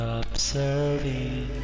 observing